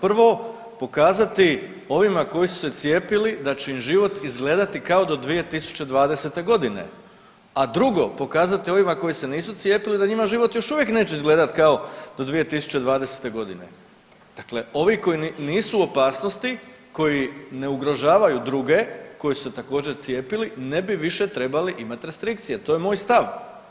Prvo, pokazati ovima koji su se cijepili da će im život izgledati kao do 2020.g., a drugo pokazati ovima koji se nisu cijepili da njima život još uvijek neće izgledati kao do 2020.g. Dakle, ovi koji nisu u opasnosti, koji ne ugrožavaju druge, koji su se također cijepili ne bi više trebali imati restrikcije, to je moj stav.